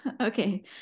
Okay